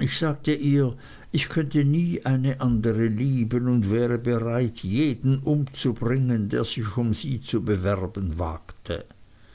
ich sagte ihr ich könnte nie eine andere lieben und wäre bereit jeden umzubringen der sich um sie zu bewerben wagte